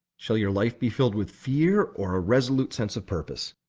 shall your life be filled with fear or a resolute sense of purpose?